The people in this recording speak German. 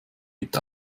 mit